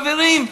חברים,